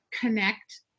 connect